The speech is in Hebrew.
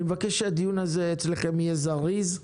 אני מבקש שהדיון אצלכם יהיה זריז.